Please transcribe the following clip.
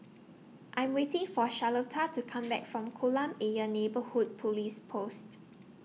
I'm waiting For Charlotta to Come Back from Kolam Ayer Neighbourhood Police Post